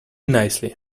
nicely